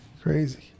Crazy